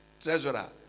treasurer